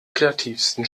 kreativsten